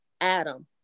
Adam